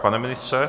Pane ministře?